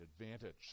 advantage